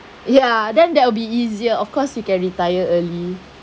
ya then that will be easier of course you can retire early